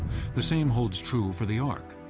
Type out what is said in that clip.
the same holds true for the ark.